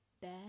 bad